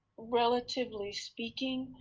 relatively speaking,